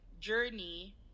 journey